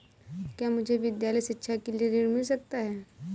क्या मुझे विद्यालय शिक्षा के लिए ऋण मिल सकता है?